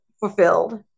fulfilled